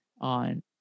on